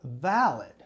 valid